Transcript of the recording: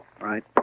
Right